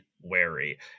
wary